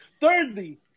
Thirdly